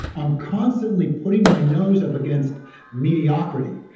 i'm constantly putting my nose up against mediocrity.